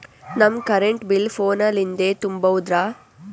ನಮ್ current bill ಫೋನ ಲಿಂದೇ ತುಂಬೌದ್ರಾ?